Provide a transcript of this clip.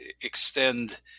extend